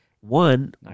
one